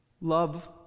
Love